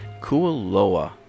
Kualoa